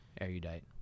erudite